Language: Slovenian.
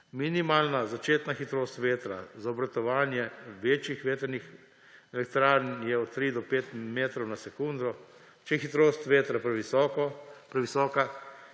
Minimalna začetna hitrost vetra za obratovanje večjih vetrnih elektrarn je 3–5 metrov na sekundo. Če je hitrost vetra previsoka,